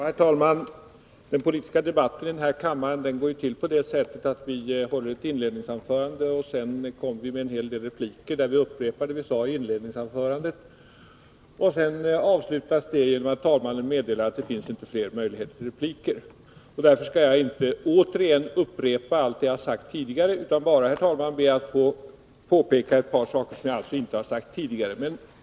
Herr talman! Den politiska debatten i den här kammaren går till på det sättet att vi håller ett inledningsanförande. Sedan återkommer vi med en hel del repliker, där vi upprepar det vi sade i inledningsanförandet. Detta avslutas genom att talmannen meddelar att det inte finns fler möjligheter till repliker. Därför skall jag inte återigen upprepa allt det jag har sagt tidigare utan bara, herr talman, be att få påpeka ett par saker som jag alltså inte har anfört tidigare.